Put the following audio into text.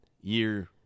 year